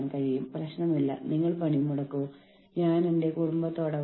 കാരണം സംഘടന അവരോട് പെരുമാറുന്നതിൽ അവർ വളരെ സന്തുഷ്ടരാണ്